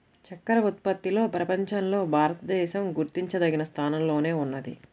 చక్కర ఉత్పత్తిలో ప్రపంచంలో భారతదేశం గుర్తించదగిన స్థానంలోనే ఉన్నది